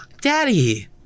Daddy